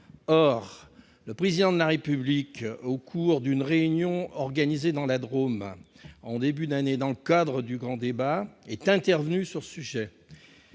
Or le Président de la République, au cours d'une réunion organisée dans la Drôme en début d'année dans le cadre du Grand Débat, est intervenu sur ce sujet.